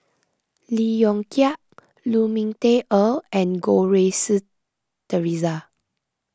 Lee Yong Kiat Lu Ming Teh Earl and Goh Rui Si theresa